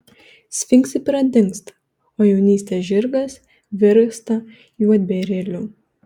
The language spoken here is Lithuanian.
sfinksai pradingsta o jaunystės žirgas virsta juodbėrėliu